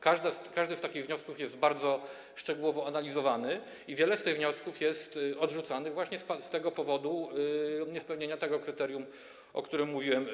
Każdy z takich wniosków jest bardzo szczegółowo analizowany i wiele z tych wniosków jest odrzucanych właśnie z powodu niespełnienia tego kryterium, o którym mówiłem.